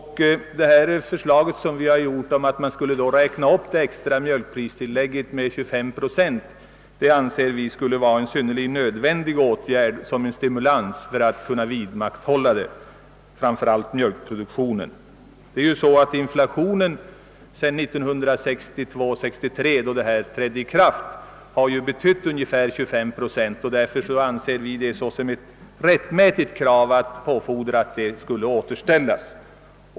Vi anser att den av oss föreslagna uppräkningen av det extra mjölkpristillägget med 25 procent är i hög grad nödvändig för att stimulera framför allt mjölkproduktionen. Inflationen sedan 1962/63, då de nu gällande bestämmelserna trädde i kraft, motsvarar ungefär 25 procent och därför anser vi det som ett rättmätigt krav att påfordra att läget skall återställas.